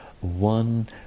one